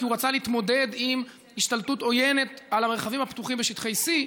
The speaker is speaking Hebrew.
כי הוא רצה להתמודד עם השתלטות עוינת על המרחבים הפתוחים בשטחי C,